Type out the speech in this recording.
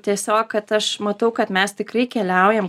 tiesiog kad aš matau kad mes tikrai keliaujam